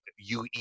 UE